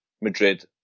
Madrid